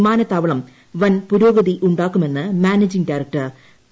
വിമാനത്താവളം വൻ പുരോഗതി ഉണ്ടാക്കുമെന്ന് മാനേജിംഗ് ഡയറക്ടർ വി